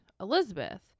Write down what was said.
Elizabeth